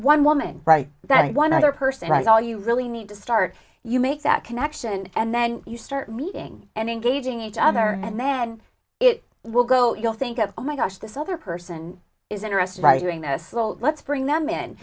one woman right that one other person is all you really need to start you make that connection and then you start meeting and engaging each other and man it will go you'll think of oh my gosh this other person is interested writing this let's bring them in